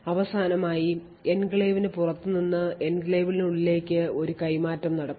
അവസാനമായി എൻക്ലേവിന് പുറത്ത് നിന്ന് എൻക്ലേവിനുള്ളിലേക്ക് ഒരു കൈമാറ്റം നടക്കുന്നു